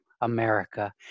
America